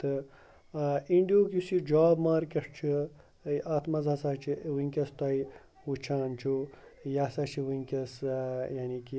تہٕ اِنڈَہُک یُس یہِ جاب مارکیٹ چھُ اَتھ منٛز ہَسا چھِ وٕنکٮ۪س تۄہہِ وٕچھان چھُو یہِ ہَسا چھُ وٕنکٮ۪س یعنی کہِ